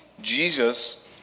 Jesus